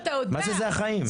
החיים.